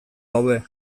daude